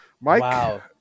Mike